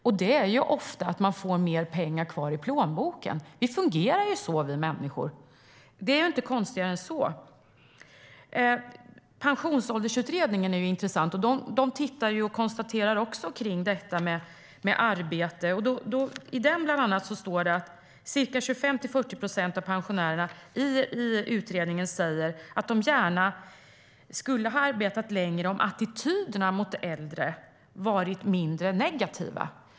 Incitamentet är ofta att man får mer pengar kvar i plånboken. Vi människor fungerar så. Det är inte konstigare än så. Pensionsåldersutredningen är intressant. De ser också över dessa frågor som gäller arbete. I den utredningen står det bland annat att 25-40 procent av pensionärerna säger att de gärna skulle ha arbetat längre om attityderna mot äldre varit mindre negativa.